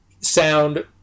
sound